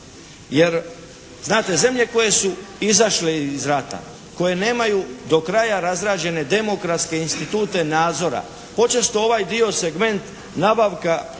Jer znate zemlje koje su izašle iz rata, koje nemaju do kraja razrađene demokratske institute nadzora, počesto ovaj dio segment nabavka